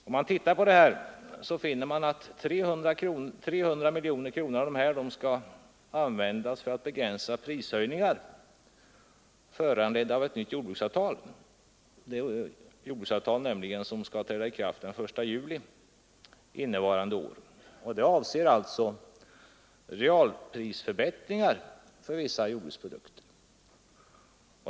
Vi finner emellertid att 300 miljoner av dessa anslag skall användas för att begränsa prishöjningar, föranledda av ett nytt jordbruksavtal — det jordbruksavtal nämligen som skall träda i kraft den 1 juli innevarande år. Detta stöd avser alltså realprisförbättringar för vissa jordbruksprodukter.